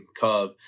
Cub